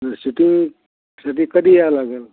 जसे की शेती कधी यायला लागेल